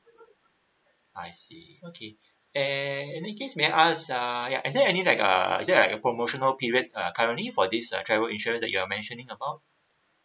I see okay and in that case may I ask uh ya is there any like uh is there like a promotional period uh currently for this uh travel insurance that you're mentioning about